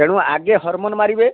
ତେଣୁ ଆଗେ ହରମୋନ୍ ମାରିବେ